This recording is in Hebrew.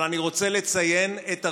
אבל אני רוצה לציין את הראשונה.